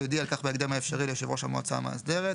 יודיע על כך בהקדם האפשרי ליושב ראש המועצה המאסדרת,